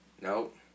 Nope